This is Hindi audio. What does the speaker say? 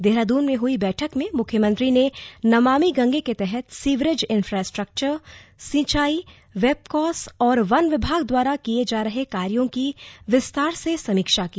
देहरादून में हुई बैठक में मुख्यमंत्री ने नमामि गंगे के तहत सीवरेज इंफ्रास्ट्रक्चर सिंचाई वैपकॉस और वन विभाग द्वारा किये जा रहे कार्यो की विस्तार से समीक्षा की